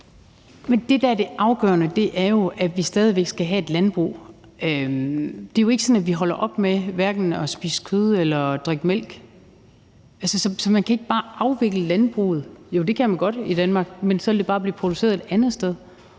det afgørende, er jo, at vi stadig væk skal have et landbrug. Det er jo ikke sådan, at vi holder op med hverken at spise kød eller drikke mælk. Så man kan ikke bare afvikle landbruget. Jo, det kan man godt i Danmark, men så vil det bare blive produceret et andet sted.